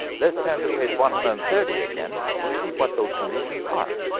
let's turn to page one hundred and thirty again to see what those conditions are